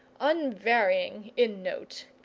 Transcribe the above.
unvarying in note.